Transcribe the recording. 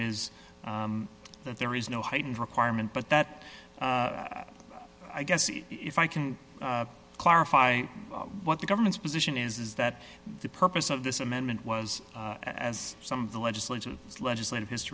is that there is no heightened requirement but that i guess if i can clarify what the government's position is that the purpose of this amendment was as some of the legislation as legislative his